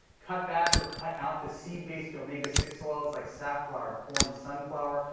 cut back or cut out the seed-based omega six oils like safflower, corn, sunflower.